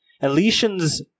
Elysians